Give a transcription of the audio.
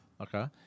Okay